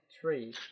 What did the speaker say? three